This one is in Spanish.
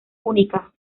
única